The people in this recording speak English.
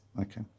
Okay